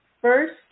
first